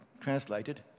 translated